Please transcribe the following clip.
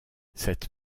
cette